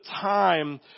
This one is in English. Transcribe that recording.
time